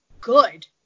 good